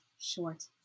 short